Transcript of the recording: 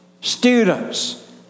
students